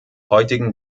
heutigen